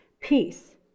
Peace